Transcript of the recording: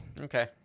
okay